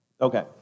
Okay